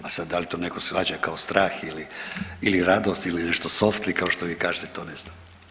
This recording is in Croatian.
A sad da li to netko shvaća kao strah ili radost ili nešto softly kao što vi kažete to ne znam.